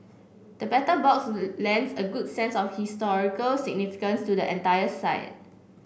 the Battle Box lends a good sense of historical significance to the entire site